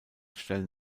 stellen